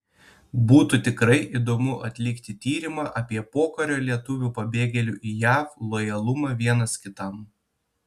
būtų tikrai įdomu atlikti tyrimą apie pokario lietuvių pabėgėlių į jav lojalumą vienas kitam